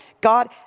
God